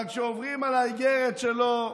אבל כשעוברים על האיגרת שלו,